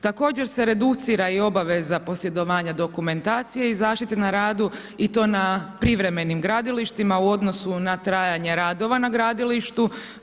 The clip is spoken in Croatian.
Također se reducira i obaveza posjedovanja dokumentacije i zaštite na radu i to na privremenim gradilištima u odnosu na trajanje radova na gradilištu.